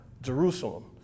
Jerusalem